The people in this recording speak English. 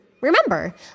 Remember